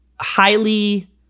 highly